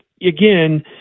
again